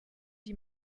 die